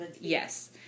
Yes